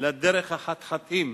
לדרך החתחתים